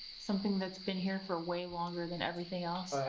something that's been here for way longer than everything else?